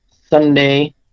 Sunday